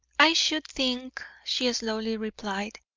i should think, she slowly replied,